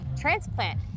transplant